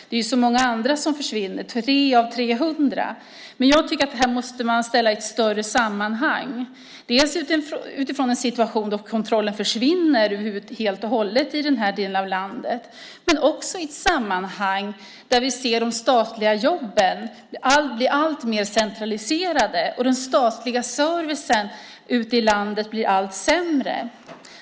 Det är ju så många andra som försvinner - 3 av 300. Men jag tycker att man måste ställa det här i ett större sammanhang, dels utifrån en situation då kontrollen försvinner helt och hållet i den här delen av landet, dels i ett sammanhang där vi ser de statliga jobben bli alltmer centraliserade och den statliga servicen ute i landet allt sämre.